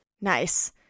Nice